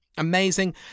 Amazing